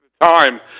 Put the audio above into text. time